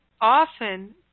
often